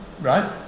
Right